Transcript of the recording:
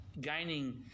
gaining